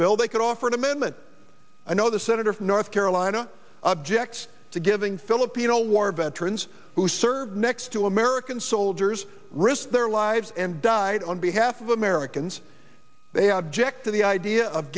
bill they could offer an amendment i know the senator from north carolina objects to giving filipino war veterans who served next to american soldiers risked their lives and died on behalf of americans they object to the idea of